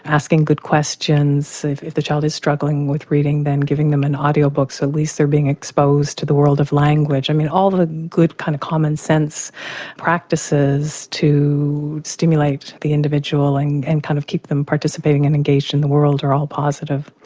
asking the questions if if the child is struggling with reading, then giving them an audio book, so at least they're being exposed to the world of language. i mean all the good kind of common sense practices to stimulate the individual and and kind of keep them participating and engaging in the world are all positive.